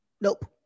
Nope